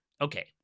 okay